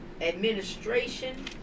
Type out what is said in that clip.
administration